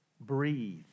Breathe